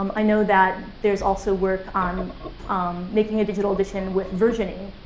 um i know that there's also work on um making a digital edition with versioning,